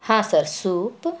ಹಾಂ sir soup